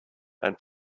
and